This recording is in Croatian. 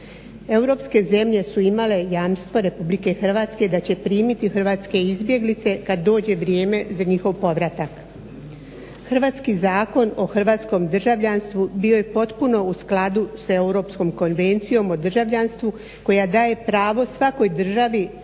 Europske zemlje su imale jamstvo Republike Hrvatske da će primiti hrvatske izbjeglice kad dođe vrijeme za njihov povratak. Hrvatski Zakon o hrvatskom državljanstvu bio je potpuno u skladu sa Europskom konvencijom o državljanstvu koja daje pravo svakoj državi da